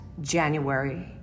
January